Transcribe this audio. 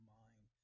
mind